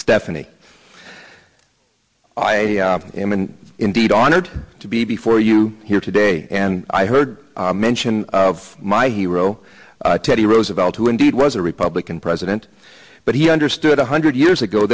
stephanie i am and indeed honored to be before you here today and i heard mention of my hero teddy roosevelt who indeed was a republican president but he understood one hundred years ago